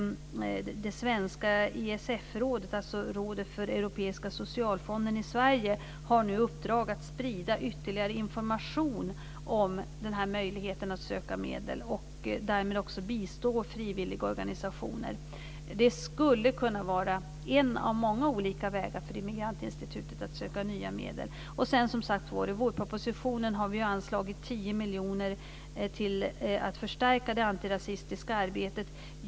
Det svenska ESF-rådet, alltså rådet för Europeiska socialfonden i Sverige, har nu i uppdrag att sprida ytterligare information om den här möjligheten att söka medel och därmed också bistå frivilligorganisationer. Det skulle kunna vara en av många olika vägar för Immigrantinstitutet att söka nya medel. Som sagt var har vi i vårpropositionen anslagit 10 miljoner kronor till att förstärka det antirasistiska arbetet.